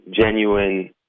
genuine